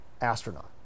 astronaut